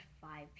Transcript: five